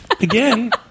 Again